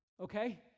Okay